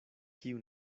kiu